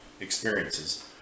experiences